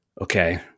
okay